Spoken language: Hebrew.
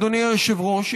אדוני היושב-ראש,